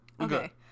Okay